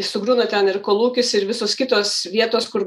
sugriūna ten ir kolūkis ir visos kitos vietos kur